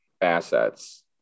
assets